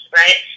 right